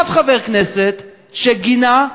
אף חבר כנסת, שגינה,